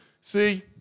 See